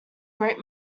great